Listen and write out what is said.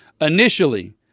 initially